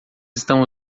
estão